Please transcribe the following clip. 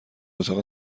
اتاق